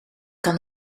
kan